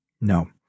No